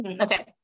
okay